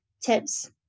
tips